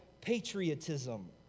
patriotism